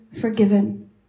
forgiven